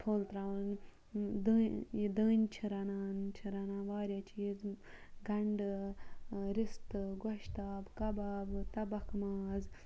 پھوٚل ترٛاوُن یہِ دٔنۍ چھِ رَنان یہِ چھِ رَنان واریاہ چیٖز یہِ گَنٛڈٕ رِستہٕ گۄشتاب کَبابہٕ تَبَکھ ماز